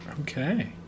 Okay